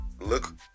look